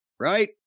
Right